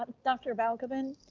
dr. balgobin,